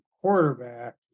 quarterback